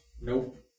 Nope